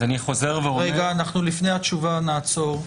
רגע, לפני התשובה נעצור.